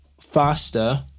faster